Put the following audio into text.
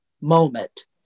moment